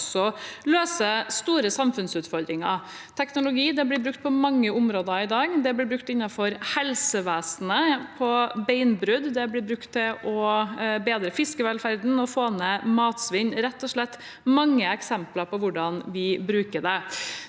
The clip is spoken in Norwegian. også løse store samfunnsutfordringer. Teknologi blir brukt på mange områder i dag. Det blir brukt innenfor helsevesenet på beinbrudd. Det blir brukt til å bedre fiskevelferden og få ned matsvinn – det er rett og slett mange eksempler på hvordan vi bruker det.